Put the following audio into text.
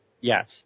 Yes